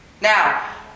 Now